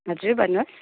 हजुर भन्नुहोस्